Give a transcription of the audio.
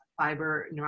fiber